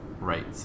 right